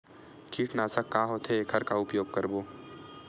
कीटनाशक का होथे एखर का उपयोग करबो?